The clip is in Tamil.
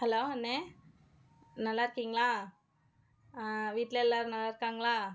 ஹலோ அண்ணன் நல்லாயிருக்கீங்களா வீட்டில் எல்லோரும் நல்லாயிருக்காங்களா